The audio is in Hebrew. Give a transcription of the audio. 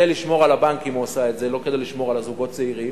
הוא עשה את זה כדי לשמור על הבנקים ולא כדי לשמור על הזוגות הצעירים,